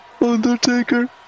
Undertaker